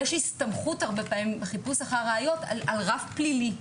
יש הסתמכות הרבה פעמים בחיפוש אחר ראיות על רף פלילי.